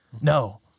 no